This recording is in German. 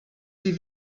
die